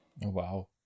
Wow